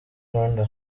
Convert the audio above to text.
rwanda